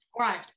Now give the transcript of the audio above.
Right